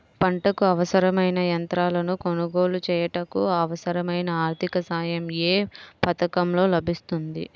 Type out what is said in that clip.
పంటకు అవసరమైన యంత్రాలను కొనగోలు చేయుటకు, అవసరమైన ఆర్థిక సాయం యే పథకంలో లభిస్తుంది?